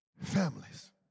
families